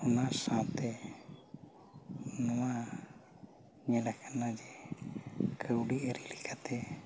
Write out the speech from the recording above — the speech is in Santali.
ᱚᱱᱟ ᱥᱟᱶᱛᱮ ᱱᱚᱣᱟ ᱧᱮᱞ ᱟᱠᱟᱱᱟ ᱡᱮ ᱠᱟᱹᱣᱰᱤ ᱟᱹᱨᱤ ᱞᱮᱠᱟᱛᱮ